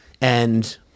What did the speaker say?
and-